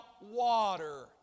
water